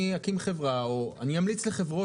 אני אקים חברה או אני אמליץ לחברות